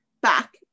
back